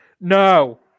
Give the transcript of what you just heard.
no